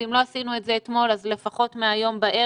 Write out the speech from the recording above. ואם לא עשינו את זה אתמול אז לפחות מהיום בערב.